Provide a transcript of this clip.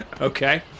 Okay